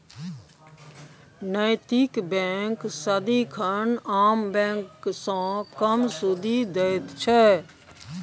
नैतिक बैंक सदिखन आम बैंक सँ कम सुदि दैत छै